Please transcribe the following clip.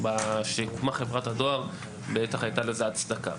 כשהוקמה חברת הדואר בטח הייתה לזה הצדקה.